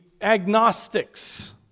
agnostics